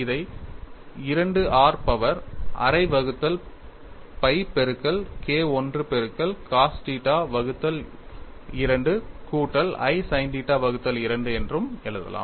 இதை 2 r power அரை வகுத்தல் pi பெருக்கல் K I பெருக்கல் cos θ வகுத்தல் 2 கூட்டல் i sin θ வகுத்தல் 2 என்றும் எழுதலாம்